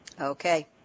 Okay